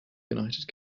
united